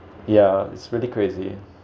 yeah it's really crazy